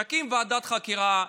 נקים ועדת חקירה,